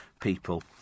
people